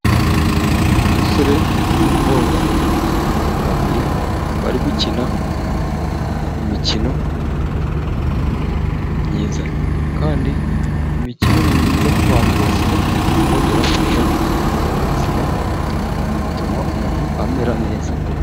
Umusore n'umukobwa babiri bari gukina imikino myiza, kandi imikino ni myiza ku bantu bose kuko irafasha mu buzima, ituma umuntu amera neza.